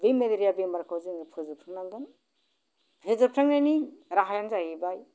बै मेलेरिया बेमारखौ जोङो फोजोबनो नांगोन फोजोबस्रांनायनि राहायानो जाहैबाय